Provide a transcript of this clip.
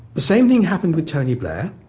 the same thing happened with tony blair.